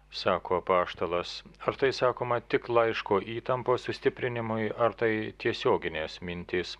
sako apaštalas ar tai sakoma tik laiško įtampos sustiprinimui ar tai tiesioginės mintys